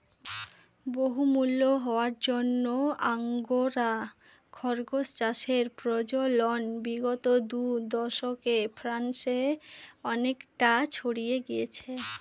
বহুমূল্য হওয়ার জন্য আঙ্গোরা খরগোস চাষের প্রচলন বিগত দু দশকে ফ্রান্সে অনেকটা ছড়িয়ে গিয়েছে